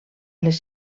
les